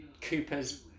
cooper's